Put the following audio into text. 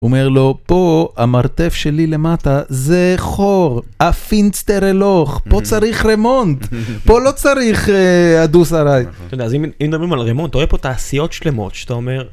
אומר לו פה המרתף שלי למטה זה חור, הפינצטר הלוך, פה צריך רמונט, פה לא צריך הדוס הרי. אתה יודע, אז אם מדברים על רמונט, אתה רואה פה תעשיות שלמות שאתה אומר...